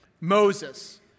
Moses